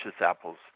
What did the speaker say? apples